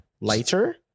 lighter